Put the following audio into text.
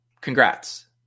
Congrats